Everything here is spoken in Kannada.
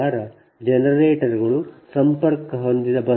ನನ್ನ ಪ್ರಕಾರ ಜನರೇಟರ್ಗಳು ಸಂಪರ್ಕ ಹೊಂದಿದ ಬಸ್ಗಳು